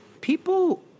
people